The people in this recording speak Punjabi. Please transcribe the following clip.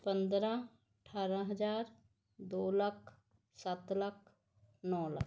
ਪੰਦਰ੍ਹਾਂ ਅਠਾਰ੍ਹਾਂ ਹਜ਼ਾਰ ਦੋ ਲੱਖ ਸੱਤ ਲੱਖ ਨੌ ਲੱਖ